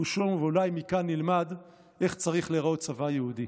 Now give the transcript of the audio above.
ואולי מכאן נלמד איך צריך להיראות צבא יהודי.